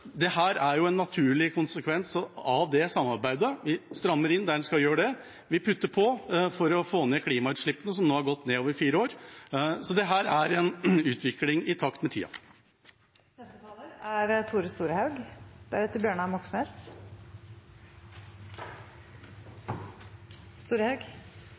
er en naturlig konsekvens av det samarbeidet. Vi strammer inn der en skal gjøre det, vi putter på for å få ned klimautslippene, som nå har gått ned over fire år, så dette er en utvikling i takt med